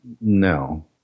No